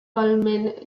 balmain